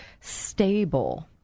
stable